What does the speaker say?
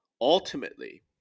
ultimately